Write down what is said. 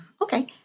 Okay